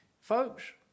Folks